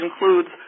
includes